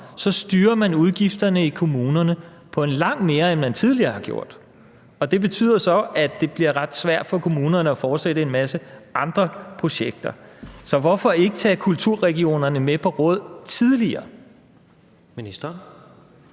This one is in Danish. op, styrer man udgifterne i kommunerne langt mere, end man tidligere har gjort. Det betyder så, at det bliver ret svært for kommunerne at fortsætte en masse andre projekter. Så hvorfor ikke tage kulturregionerne med på råd tidligere?